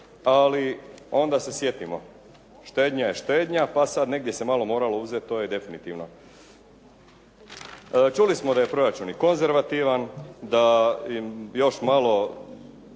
ali onda se sjetimo. Štednja je štednja pa sada negdje se malo moralo uzeti to je definitivno. Čuli smo da je proračun i konzervativan, da još malo